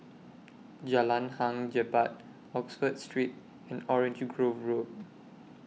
Jalan Hang Jebat Oxford Street and Orange Grove Road